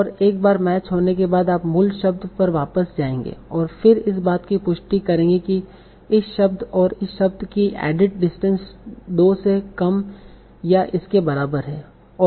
और एक बार मैच होने के बाद आप मूल शब्द पर वापस जाएंगे और फिर इस बात की पुष्टि करेंगे कि इस शब्द और इस शब्द कि एडिट डिस्टेंस 2 से कम या इसके बराबर है